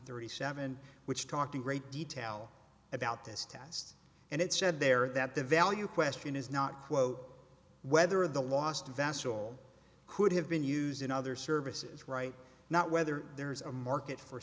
thirty seven which talked a great detail about this test and it said there that the value question is not quote whether the last vessel could have been used in other services right not whether there's a market for